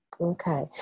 Okay